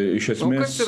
iš esmės